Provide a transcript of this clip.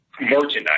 merchandise